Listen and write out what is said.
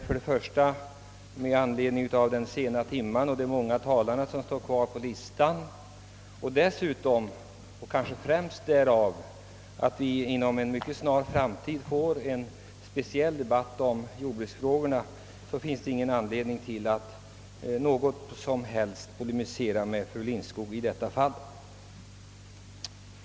På grund av den sena timmen och de många talare som ännu står kvar på listan men dessutom och kanske främst därför att vi inom en mycket snar framtid får en speciell debatt om jordbruksfrågorna, finns det ingen anledning till någon som helst polemik med fru Lindskog i detta sammanhang.